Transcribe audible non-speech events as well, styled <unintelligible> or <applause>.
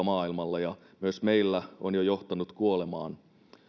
<unintelligible> maailmalla ja myös meillä on jo johtanut kuolemaan